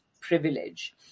Privilege